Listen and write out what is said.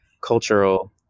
cultural